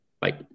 Bye